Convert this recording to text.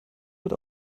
wird